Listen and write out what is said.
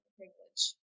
privilege